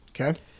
Okay